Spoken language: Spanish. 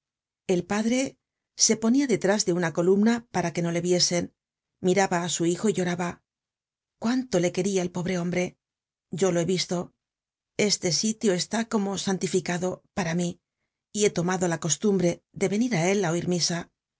el padre se ponia detrás de una columna para que no le viesen mirabaá su hijo y lloraba cuánto le queria el pobre hombre yo lo he visto ese sitio está como santificado para mí y he tomado la costumbre de venirá él á